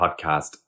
podcast